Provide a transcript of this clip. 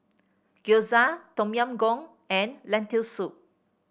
Gyoza Tom Yam Goong and Lentil Soup